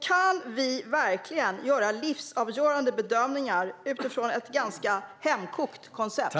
Kan vi verkligen göra livsavgörande bedömningar utifrån ett ganska hemkokt koncept?